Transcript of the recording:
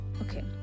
okay